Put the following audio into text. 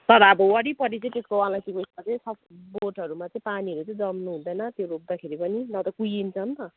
तर अब वरिपरि चाहिँ त्यसको अलैँचीको बोट छँदैछ बोटहरूमा चाहिँ पानीहरू चाहिँ जम्नु हुँदैन त्यो रोप्दा पनि न त कुँहिन्छ नि त